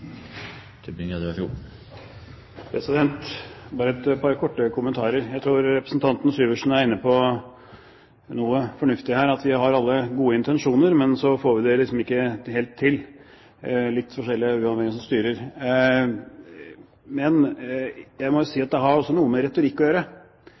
bare et par korte kommentarer. Jeg tror representanten Syversen var inne på noe fornuftig her, at vi har alle gode intensjoner, men så får vi det ikke helt til – litt forskjellig etter hvem som styrer. Men